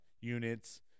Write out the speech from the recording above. units